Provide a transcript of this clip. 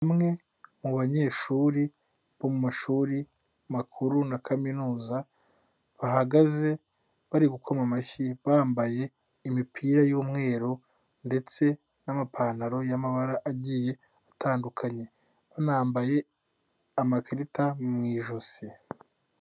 Bamwe mu banyeshuri bo mu mashuri makuru na kaminuza bahagaze bari gukoma amashyi, bambaye imipira y'umweru ndetse n'amapantaro y'amabara agiye atandukanye banambaye amakarita mu ijosi.